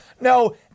No